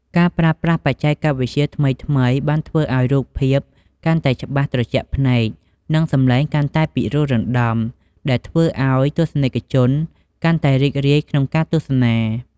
ការប្រើប្រាស់បច្ចេកវិទ្យាថ្មីៗបានធ្វើឱ្យរូបភាពកាន់តែច្បាស់ត្រជាក់ភ្នែក និងសំឡេងកាន់តែពីរោះរណ្ដំ ដែលធ្វើឱ្យទស្សនិកជនកាន់តែរីករាយក្នុងការទស្សនា។